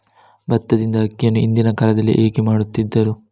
ಭತ್ತದಿಂದ ಅಕ್ಕಿಯನ್ನು ಹಿಂದಿನ ಕಾಲದಲ್ಲಿ ಹೇಗೆ ಮಾಡುತಿದ್ದರು?